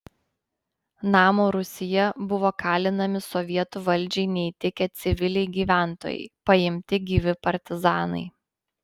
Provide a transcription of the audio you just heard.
namo rūsyje buvo kalinami sovietų valdžiai neįtikę civiliai gyventojai paimti gyvi partizanai